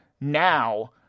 now